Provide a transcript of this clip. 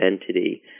entity